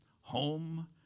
home